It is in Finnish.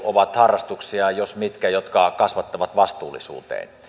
ovat harrastuksia jotka kasvattavat vastuullisuuteen